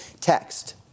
text